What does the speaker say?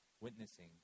witnessing